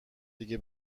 دیگه